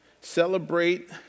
Celebrate